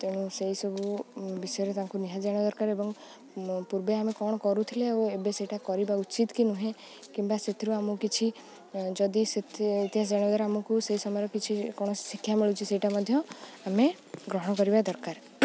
ତେଣୁ ସେଇସବୁ ବିଷୟରେ ତାଙ୍କୁ ନିହାତି ଜାଣିବା ଦରକାର ଏବଂ ପୂର୍ବେ ଆମେ କ'ଣ କରୁଥିଲେ ଆଉ ଏବେ ସେଇଟା କରିବା ଉଚିତ କି ନୁହେଁ କିମ୍ବା ସେଥିରୁ ଆମକୁ କିଛି ଯଦି ସେଥି ଇତିହାସ ଜାଣିବା ଦ୍ୱାରା ଆମକୁ ସେ ସମୟରେ କିଛି କୌଣସି ଶିକ୍ଷା ମିଳୁଛି ସେଇଟା ମଧ୍ୟ ଆମେ ଗ୍ରହଣ କରିବା ଦରକାର